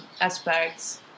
aspects